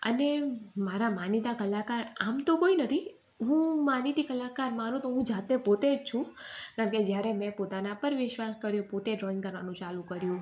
અને મારા માનીતા કલાકાર આમ તો કોઈ નથી હું માનીતી કલાકાર મારું તો હું જાતે પોતે જ છું કારણ કે જ્યારે મેં પોતાના પર વિશ્વાસ કર્યો પોતે ડ્રોઈંગ કરવાનું ચાલુ કર્યું